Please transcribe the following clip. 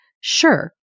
Sure